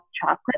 chocolate